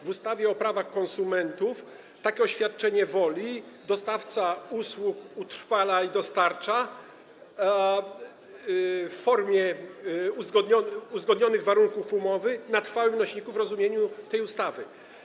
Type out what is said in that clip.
W ustawie o prawach konsumentów takie oświadczenie woli dostawca usług utrwala i dostarcza w formie uzgodnionych warunków umowy na trwałym nośniku w rozumieniu tej ustawy.